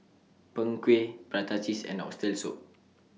Png Kueh Prata Cheese and Oxtail Soup